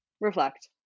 reflect